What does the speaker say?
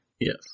Yes